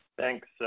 Thanks